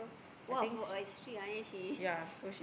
!wah! for a she